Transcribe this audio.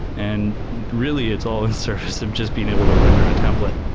and really, it's all in service of just being able to render a template,